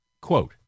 quote